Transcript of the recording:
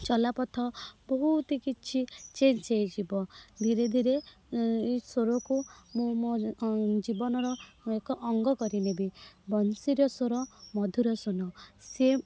ଚଲାପଥ ବହୁତ ହିଁ କିଛି ଚେଞ୍ଜ୍ ହୋଇଯିବ ଧୀରେ ଧୀରେ ଏ ସ୍ୱରକୁ ମୁଁ ମୋ ଜୀବନର ଏକ ଅଙ୍ଗ କରିନେବି ବଂଶୀର ସ୍ୱର ମଧୁର ସ୍ୱନ ସିଏ